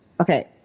okay